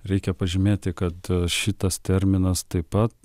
reikia pažymėti kad šitas terminas taip pat